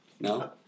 No